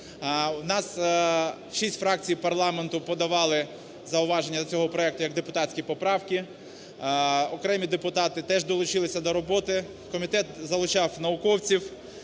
У нас 6 фракцій парламенту подавали зауваження до цього проекту як депутатські поправки. Окремі депутати теж долучилися до роботи. Комітет залучав науковців,